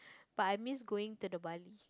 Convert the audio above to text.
but I miss going to the Bali